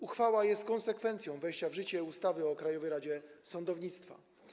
Uchwała jest konsekwencją wejścia w życie ustawy o Krajowej Radzie Sądownictwa.